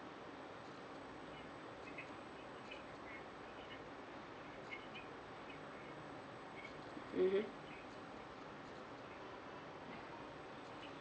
mmhmm